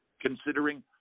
considering